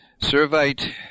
Servite